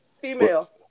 female